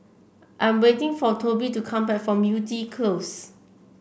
I'm waiting for Toby to come back from Yew Tee Close